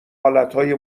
حالتهای